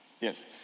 Yes